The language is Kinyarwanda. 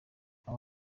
aba